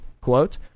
Quote